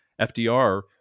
FDR